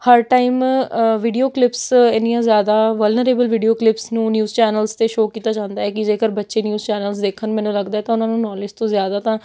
ਹਰ time video clips ਇੰਨੀਆਂ ਜ਼ਿਆਦਾ vulnerable video clips ਨੂੰ ਨਿਊਜ਼ ਚੈਨਲ 'ਤੇ ਸ਼ੋਅ ਕੀਤਾ ਜਾਂਦਾ ਹੈ ਕਿ ਜੇਕਰ ਬੱਚੇ ਨਿਊਜ਼ ਚੈਨਲਸ ਦੇਖਣ ਮੈਨੂੰ ਲੱਗਦਾ ਤਾਂ ਉਹਨਾਂ ਨੂੰ ਨੌੌਲੇਜ ਤੋਂ ਜ਼ਿਆਦਾ ਤਾਂ